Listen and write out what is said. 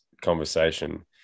conversation